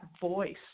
voice